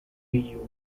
you